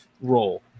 role